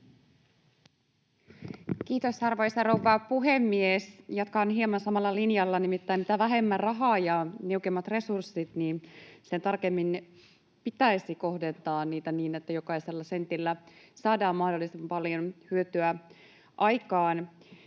Kiitos, arvoisa rouva puhemies! Jatkan hieman samalla linjalla, nimittäin mitä vähemmän rahaa ja niukemmat resurssit, sen tarkemmin pitäisi kohdentaa niitä niin, että jokaisella sentillä saadaan mahdollisimman paljon hyötyä aikaan.